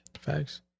Facts